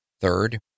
Third